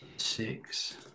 Six